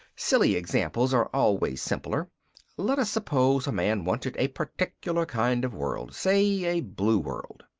silly examples are always simpler let us suppose a man wanted a particular kind of world say, a blue world.